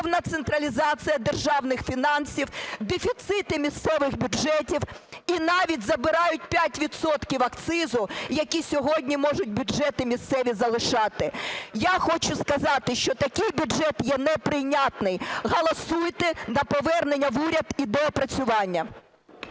повна централізація державних фінансів, дефіцити місцевих бюджетів. І навіть забирають 5 відсотків акцизу, які сьогодні можуть бюджети місцеві залишати. Я хочу сказати, що такий бюджет є неприйнятний. Голосуйте на повернення в уряд і доопрацювання.